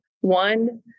One